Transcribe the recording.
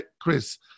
Chris